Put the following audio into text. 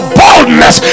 boldness